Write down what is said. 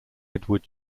edward